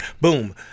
boom